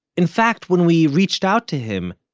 in fact, when we reached out to him,